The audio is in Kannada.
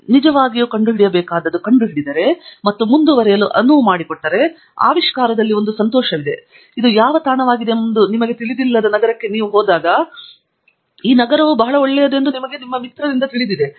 ಆದರೆ ನೀವು ನಿಜವಾಗಿಯೂ ಕಂಡುಹಿಡಿಯಬೇಕಾದದ್ದು ಕಂಡುಹಿಡಿದರೆ ಮತ್ತು ಮುಂದುವರೆಯಲು ಅನುವು ಮಾಡಿಕೊಟ್ಟರೆ ಆವಿಷ್ಕಾರಕ್ಕೆ ಒಂದು ಸಂತೋಷವಿದೆ ವಾಸ್ತವವಾಗಿ ಇದು ಯಾವ ತಾಣವಾಗಿದೆ ಎಂಬುದು ನಿಮಗೆ ತಿಳಿದಿಲ್ಲದ ನಗರಕ್ಕೆ ಹೋಗುವಾಗ ನೀವು ಕೇಳಿದ ಈ ನಗರವು ಒಳ್ಳೆಯದು ಎಂದು ನಿಮಗೆ ತಿಳಿದಿದೆ